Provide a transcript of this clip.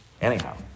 anyhow